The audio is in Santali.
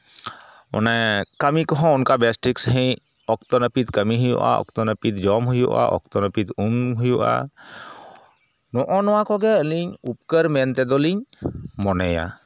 ᱚᱱᱮ ᱠᱟᱹᱢᱤ ᱠᱚᱦᱚᱸ ᱚᱱᱠᱟ ᱵᱮᱥ ᱴᱷᱤᱠ ᱥᱟᱺᱦᱤᱡ ᱚᱠᱛᱚ ᱱᱟᱹᱯᱤᱛ ᱠᱟᱹᱢᱤ ᱦᱩᱭᱩᱜᱼᱟ ᱚᱠᱛᱚ ᱱᱟᱹᱯᱤᱛ ᱡᱚᱢ ᱦᱩᱭᱩᱜᱼᱟ ᱚᱠᱛᱚ ᱱᱟᱹᱯᱤᱛ ᱩᱢ ᱦᱩᱭᱩᱜᱼᱟ ᱱᱚᱜᱼᱚ ᱱᱚᱣᱟ ᱠᱚᱜᱮ ᱟᱹᱞᱤᱧ ᱩᱯᱠᱟᱹᱨ ᱢᱮᱱᱛᱮᱫᱚᱞᱤᱧ ᱢᱚᱱᱮᱭᱟ